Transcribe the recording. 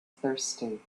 thirsty